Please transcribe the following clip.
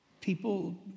people